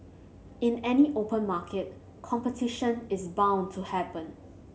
in any open market competition is bound to happen